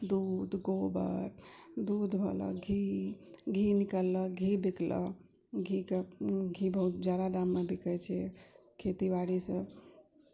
दूध गोबर दूध होएल घी घी निकलल घी बिकल घीके घी बहुत ज्यादा दाममे बिकै छै खेती बाड़ी सब